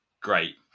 great